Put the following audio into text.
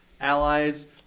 allies